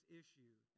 issue